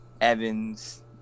Evans